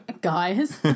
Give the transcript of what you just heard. Guys